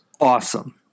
awesome